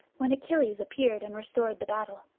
when achilles appeared and restored the battle.